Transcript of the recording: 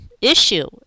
issue